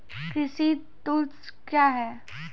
कृषि टुल्स क्या हैं?